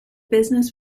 business